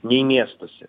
nei miestuose